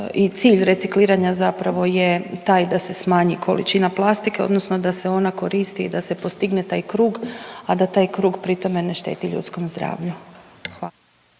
cilj recikliranja zapravo je taj da se smanji količina plastike odnosno da se ona koristi i da se postigne taj krug, a da taj krug pritome ne šteti ljudskom zdravlju, hvala.